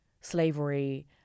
slavery